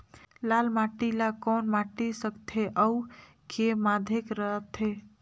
लाल माटी ला कौन माटी सकथे अउ के माधेक राथे?